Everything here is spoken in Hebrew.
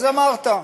אז אמרת.